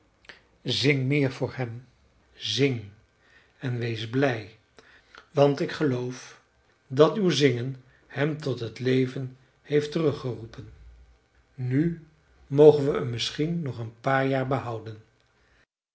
zing meer voor hem zing en wees blij want ik geloof dat uw zingen hem tot t leven heeft terug geroepen nu mogen we hem misschien nog een paar jaar behouden